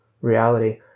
reality